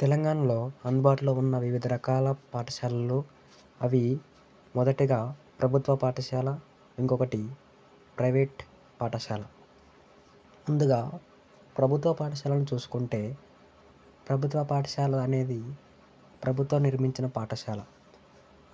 తెలంగాణలో అందుబాటులో ఉన్న వివిధ రకాల పాఠశాలలు అవి మొదటగా ప్రభుత్వ పాఠశాల ఇంకొకటి ప్రైవేట్ పాఠశాల ముందుగా ప్రభుత్వ పాఠశాలను చూసుకుంటే ప్రభుత్వ పాఠశాల అనేది ప్రభుత్వం నిర్మించిన పాఠశాల